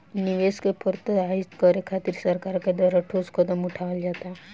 निवेश के प्रोत्साहित करे खातिर सरकार के द्वारा ठोस कदम उठावल जाता